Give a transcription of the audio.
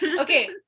Okay